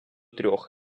трьох